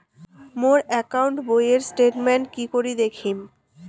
মোর account বইয়ের statement কি করি দেখিম?